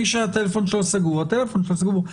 מי שהטלפון שלו סגור, הטלפון שלו סגור.